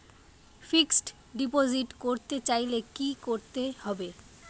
Fixed deposit করতে চাইলে কি করতে হবে?